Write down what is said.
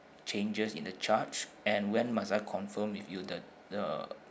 changes in the charge and when must I confirm with you the the